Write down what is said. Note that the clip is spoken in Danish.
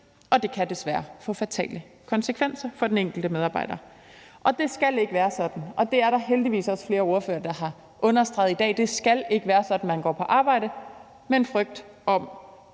og det kan desværre få fatale konsekvenser for den enkelte medarbejder. Det skal ikke være sådan, og det er der heldigvis også flere ordførere, der har understreget i dag. Det skal ikke være sådan, at man går på arbejde med en frygt for